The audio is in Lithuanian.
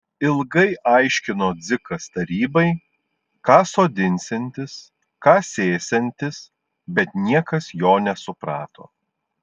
ilgai aiškino dzikas tarybai ką sodinsiantis ką sėsiantis bet niekas jo nesuprato